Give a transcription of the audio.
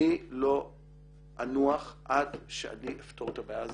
אני לא אנוח עד שאני אפתור את הבעיה הזאת,